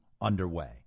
underway